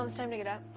um time to get up.